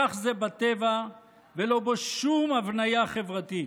כך זה בטבע ולא בשום הבניה חברתית,